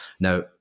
now